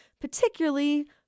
particularly